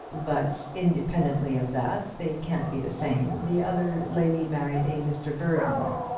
but, independently of that, they can't be the same. the other lady married a mr. berdmore.